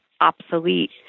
obsolete